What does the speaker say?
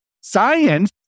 science